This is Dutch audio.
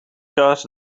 kaas